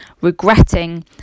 regretting